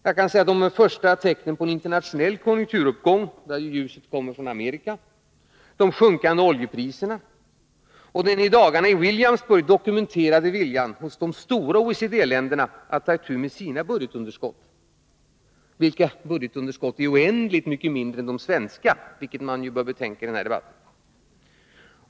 Det gäller de första tecknen på en internationell konjunkturuppgång — där ju ljuset kommer från Amerika —, de sjunkande oljepriserna och den i dagarna i Williamsburg dokumenterade viljan hos de stora OECD-länderna att ta itu med sina budgetunderskott — vilka budgetunderskott är oändligt mycket mindre än de svenska, vilket man bör betänka i denna debatt.